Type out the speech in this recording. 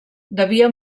devia